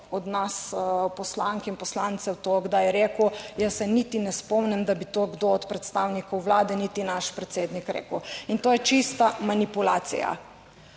od nas poslank in poslancev to kdaj rekel. Jaz se niti ne spomnim, da bi to kdo od predstavnikov Vlade, niti naš predsednik rekel. In to je čista manipulacija,